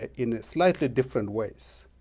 ah in slightly different ways.